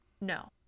No